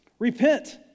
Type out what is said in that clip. repent